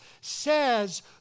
says